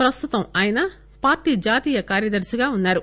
ప్రస్తుతం ఆయన పార్టీ జాతీయ కార్యదర్శిగా వున్నారు